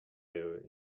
there